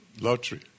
Lottery